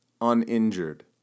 uninjured